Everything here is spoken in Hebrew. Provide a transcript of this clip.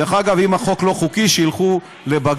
דרך אגב, אם החוק לא חוקי, שילכו לבג"ץ.